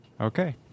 Okay